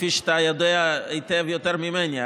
כפי שאתה יודע יותר טוב ממני.